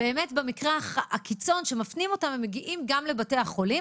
באמת במקרה הקיצון שמפנים אותם הם מגיעים גם לבתי החולים.